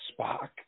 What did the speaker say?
Spock